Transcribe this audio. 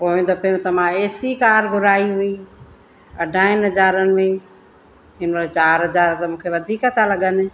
पोइ दफ़े त मां एसी कार घुराई हुई अढाइनि हज़ारनि में हिन वार चारि हज़ार त मूंखे वधीक था लॻनि